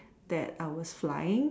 that I was flying